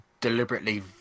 deliberately